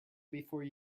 before